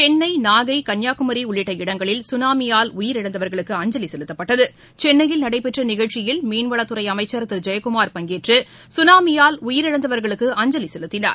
சென்னை நாகை கன்னியாகுமிஉள்ளிட்ட இடங்களில் சுனாமியால் உயிரிழந்தவர்களுக்கு அஞ்சலிசெலுத்தப்பட்டது சென்னையில் நடைபெற்றநிகழ்ச்சியில் மீன்வளத்துறைஅமைச்சா் திருஜெயக்குமார் பங்கேற்றுசுனாமியால் உயிரிழந்தவர்குளுக்கு அஞ்சலிசெலுத்தினார்